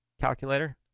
calculator